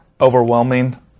Overwhelming